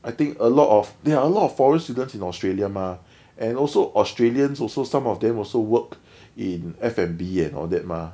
I think a lot of there are a lot of foreign students in australia mah and also australians also some of them also work in F&B and all that mah